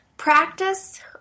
Practice